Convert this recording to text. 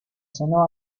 sonó